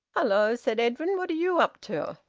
hello! said edwin. what are you up to?